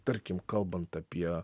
tarkim kalbant apie